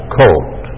cold